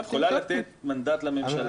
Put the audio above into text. היא יכולה לתת מנדט לממשלה.